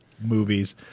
movies